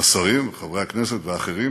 השרים וחברי הכנסת ואחרים.